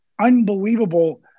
unbelievable